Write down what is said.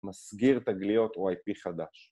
‫מסגיר תגליות או איי-פי חדש.